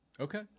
Okay